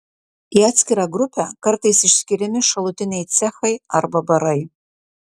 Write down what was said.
į atskirą grupę kartais išskiriami šalutiniai cechai arba barai